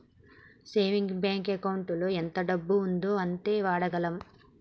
saving bank ఎకౌంటులో ఎంత డబ్బు ఉందో అంతే వాడగలం